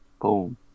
Boom